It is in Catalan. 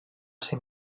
ser